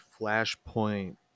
Flashpoint